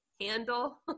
handle